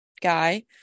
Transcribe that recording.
guy